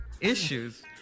Issues